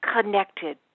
connected